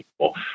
people